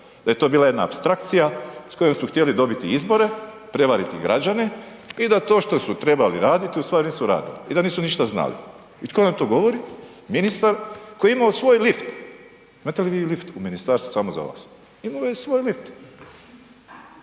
da je to bila jedna apstrakcija s kojom su htjeli dobiti izbore, prevariti građane i da to što su trebali raditi ustvari nisu radili i da nisu ništa znali. I tko nam tu govori? Ministar koji je imao svoj lift. Imate li vi lift u ministarstvu samo za vas? Imao je svoj lift,